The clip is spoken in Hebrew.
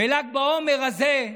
בל"ג בעומר הזה,